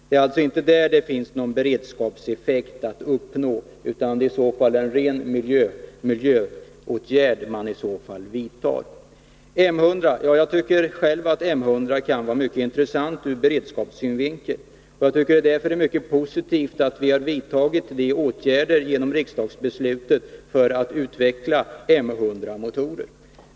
Det är alltså inte där det finns någon beredskapseffekt att uppnå, utan det är en ren miljöåtgärd man vidtar om man övergår till metanol och liknande. Jag tycker själv att M 100 kan vara mycket intressant ur beredskapssynvinkel. Det är därför mycket positivt att vi har vidtagit åtgärder, till följd av riksdagsbeslutet, för att utveckla M 100-motorer.